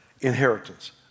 Inheritance